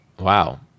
wow